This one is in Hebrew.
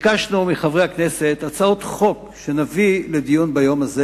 ביקשנו מחברי הכנסת הצעות חוק שיובאו לדיון ביום הזה,